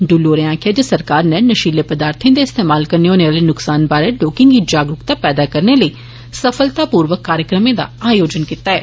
डुल्लू होरें आक्खेआ जे सरकार नै नषीले पदार्थे दे इस्तेमाल कन्नै होने आले नुकसान बारै लोकें गी जागरूकता पैदा करने लेई सफलतापूर्वक कार्यक्रम आयोजित कीते न